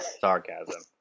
sarcasm